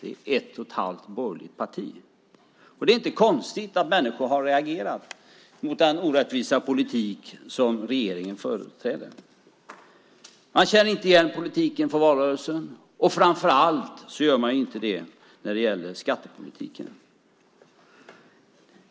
Det är ett och halvt borgerligt parti. Det är inte konstigt att människor har reagerat mot den orättvisa politik som regeringen företräder. Man känner inte igen politiken från valrörelsen. Framför allt gör man inte det när det gäller skattepolitiken.